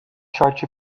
short